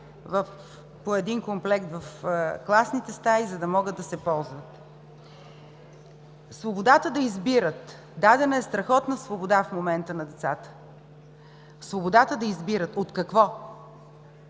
по един комплект в класните стаи, за да могат да се ползват. Свободата да избират. Дадена е страхотна свобода в момента на децата. Свободата да избират. От какво?